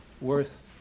worth